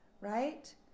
right